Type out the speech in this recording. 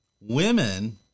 Women